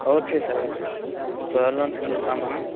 okay sir okay త్వరలో కలుద్దాం మనం